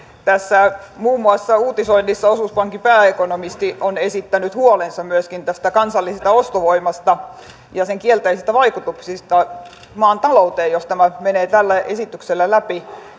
uutisoinnissa muun muassa osuuspankin pääekonomisti on esittänyt huolensa myöskin tästä kansallisen ostovoiman kehityksestä ja sen kielteisistä vaikutuksista maan talouteen jos tämä menee tällä esityksellä läpi